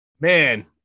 Man